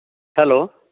hello